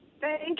Thank